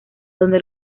donde